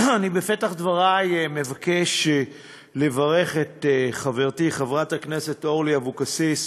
בפתח דברי אני מבקש לברך את חברתי חברת הכנסת אורלי לוי אבקסיס,